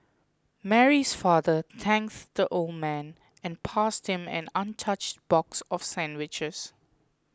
Mary's father thanked the old man and passed him an untouched box of sandwiches